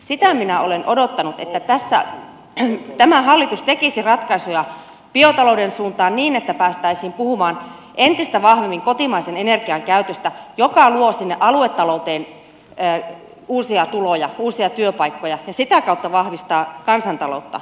sitä minä olen odottanut että tässä tämä hallitus tekisi ratkaisuja biotalouden suuntaan niin että päästäisiin puhumaan entistä vahvemmin kotimaisen energian käytöstä joka luo sinne aluetalouteen uusia tuloja uusia työpaikkoja ja sitä kautta vahvistaa kansantaloutta